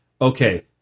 okay